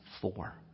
four